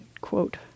quote